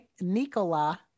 Nicola